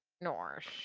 Norse